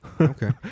Okay